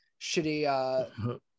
shitty